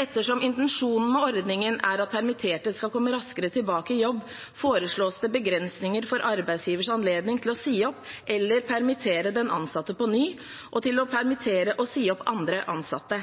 Ettersom intensjonen med ordningen er at permitterte skal komme raskere tilbake i jobb, foreslås det begrensninger for arbeidsgivers anledning til å si opp eller permittere den ansatte på ny, og til å permittere og si opp andre ansatte.